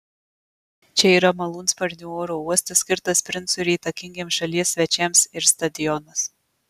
čia yra malūnsparnių oro uostas skirtas princui ir įtakingiems šalies svečiams ir stadionas